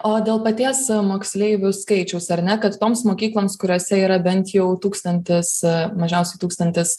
o dėl paties moksleivių skaičiaus ar ne kad toms mokykloms kuriose yra bent jau tūkstantis mažiausiai tūkstantis